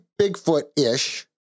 Bigfoot-ish